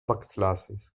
backslashes